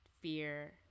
fear